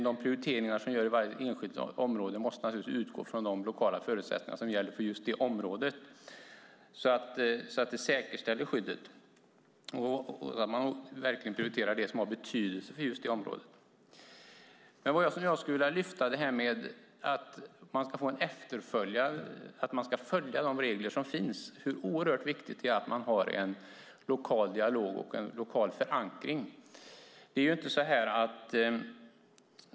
De prioriteringar som görs i varje enskilt område måste naturligtvis utgå från de lokala förutsättningar som gäller för just det området, så att skyddet säkerställs och man verkligen prioriterar det som har betydelse för just det området. Jag skulle vilja lyfta fram vikten av att följa de regler som finns och hur oerhört viktigt det är att ha en lokal dialog och en lokal förankring.